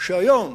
שהיום